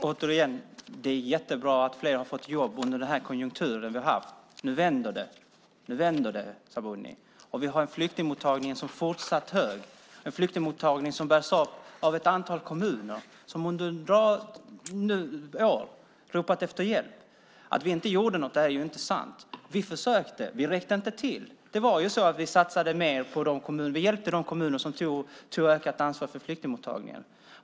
Herr talman! Det är jättebra att fler har fått jobb under den här konjunkturen som vi har haft. Nu vänder det, Sabuni. Vi har en fortsatt stor flyktingmottagning. Det är en flyktingmottagning som bärs upp av ett antal kommuner som under en rad år har ropat på hjälp. Att vi inte gjorde någonting är inte sant. Vi försökte. Vi räckte inte till. Vi hjälpte de kommuner som tog ett ökat ansvar för flyktingmottagningen.